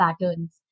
patterns